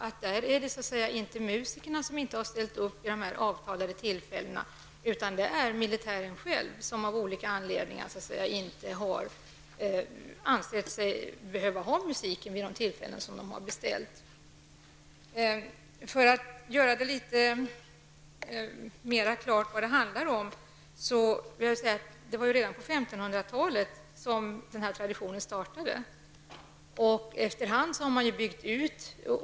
Där beror det inte på att musikerna inte har ställt upp vid de avtalade tillfällena, utan det är militären själv som av olika anledningar inte har ansett sig behöva ha musik vid de tillfällen som de har beställt sådan. För att litet grand klargöra vad det handlar om vill jag säga att denna tradition startade redan på 1500 talet. Efter hand har orkesterverksamheten byggts ut.